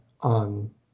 on